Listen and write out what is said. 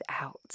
out